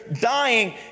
dying